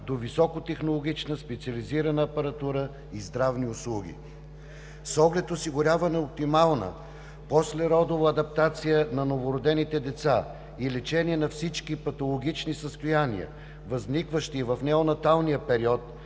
до високотехнологична специализирана апаратура и здравни услуги. С оглед осигуряване оптимална послеродова адаптация на новородените деца и лечение на всички патологични състояния, възникващи в неонаталния период,